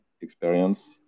experience